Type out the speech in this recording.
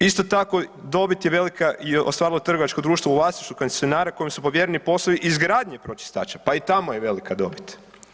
Isto tako dobit je velika je ostvarilo trgovačko društvo u vlasništvu koncesionara kojem su povjereni poslovi izgradnje pročistača, pa i tamo je velika dobit.